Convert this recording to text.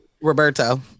Roberto